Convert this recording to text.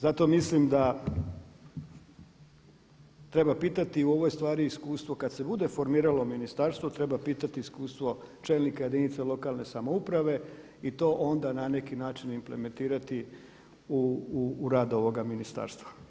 Zato mislim da treba pitati o ovoj stvari iskustvo, kada se bude formiralo ministarstvo treba pitati iskustvo čelnika jedinica lokalne samouprave i to onda na neki način implementirati u rad ovoga ministarstva.